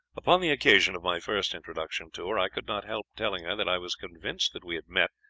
upon the occasion of my first introduction to her i could not help telling her that i was convinced that we had met,